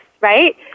right